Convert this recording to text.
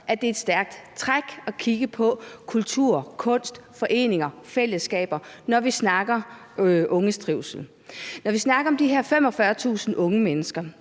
at det er et stærkt træk at kigge på kultur, kunst, foreninger og fællesskaber, når vi snakker om unges trivsel. Når vi snakker om de her 45.000 unge mennesker,